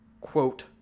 quote